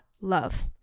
love